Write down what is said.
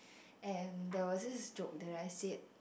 and there was this joke that I said